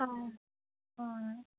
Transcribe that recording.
ആ ആ